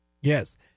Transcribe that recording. Yes